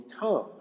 become